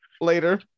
Later